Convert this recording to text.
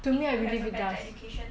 to me I really good does